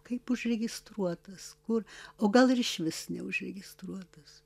kaip užregistruotas kur o gal ir išvis neužregistruotas